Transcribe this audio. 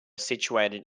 situated